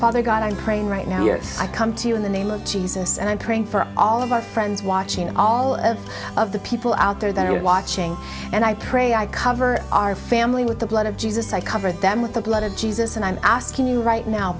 father god i'm praying right now here i come to you in the name of jesus and i'm praying for all of my friends watching all of the people out there that are watching and i pray i cover our family with the blood of jesus i covered them with the blood of jesus and i'm asking you right now